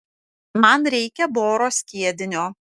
man reikia boro skiedinio